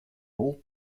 rolled